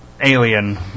alien